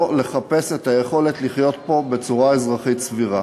לחיפוש היכולת לחיות פה בצורה אזרחית סבירה.